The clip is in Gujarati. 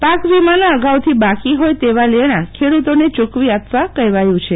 પાકવિમાના અગાઉથી બાકી હોય તેવા લેણાં ખેડૂતોને યૂકવી આપવા કહેવાયું છે